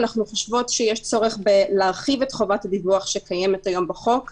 אנחנו חושבות שיש צורך להרחיב את חובת הדיווח שקיימת היום בחוק,